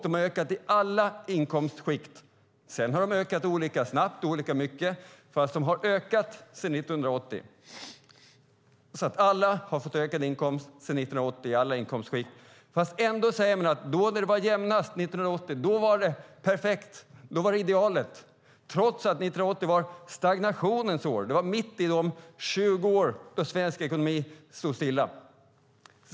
De har ökat i alla inkomstskikt. Men de har ökat olika snabbt och olika mycket. De har ändå ökat sedan 1980. Alla i alla inkomstskikt har alltså fått ökade inkomster sedan 1980. Ändå säger man: År 1980, då det var jämnast, var det perfekt; det var idealet. Det säger man trots att 1980 var stagnationens år - mitt i den 20-årsperiod då svensk ekonomi stod stilla.